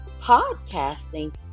podcasting